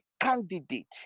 candidate